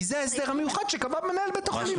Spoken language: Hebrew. כי זה ההסדר המיוחד שקבע מנהל בית החולים.